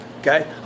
okay